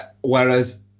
Whereas